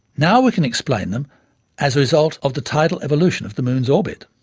now we can explain them as a result of the tidal evolution of the moon's orbit.